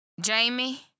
Jamie